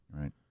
Right